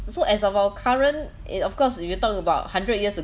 so as of our current it of course if you talk about hundred years